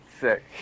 sick